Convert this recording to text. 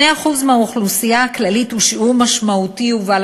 2% מהאוכלוסייה הכללית הם שיעור משמעותי ובעל